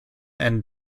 and